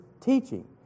teaching